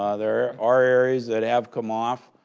ah there are areas that have come off.